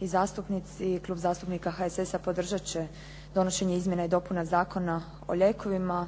i zastupnici. Klub zastupnika HSS-a podržati će donošenje Izmjena i dopuna Zakona o lijekovima,